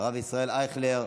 הרב ישראל אייכלר.